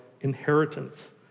inheritance